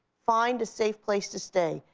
find a safe place to stay.